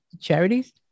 charities